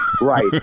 right